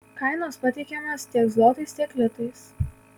kainos pateikiamos tiek zlotais tiek litais